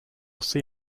see